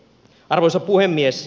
arvoisa puhemies